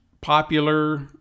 popular